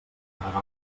pararà